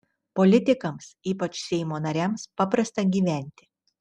politikams ypač seimo nariams paprasta gyventi